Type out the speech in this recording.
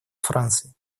франции